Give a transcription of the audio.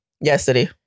Yesterday